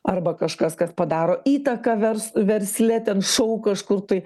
arba kažkas kas padaro įtaką vers versle ten šou kažkur tai